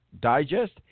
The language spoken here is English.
Digest